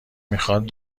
میخواد